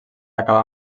acabar